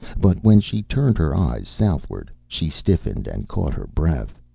but when she turned her eyes southward she stiffened and caught her breath.